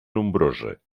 nombrosa